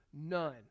none